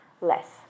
less